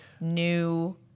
new